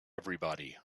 everybody